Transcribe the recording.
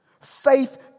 Faith